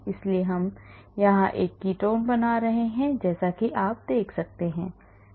इसलिए हम यहां एक कीटोन बना रहे हैं जैसा कि आप देख सकते हैं